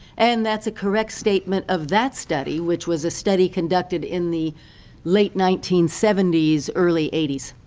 and that's a correct statement of that study, which was a study conducted in the late nineteen seventy s, early eighty s.